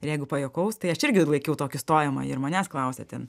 ir jeigu pajuokaus tai aš irgi laikiau tokį stojamąjį ir manęs klausė ten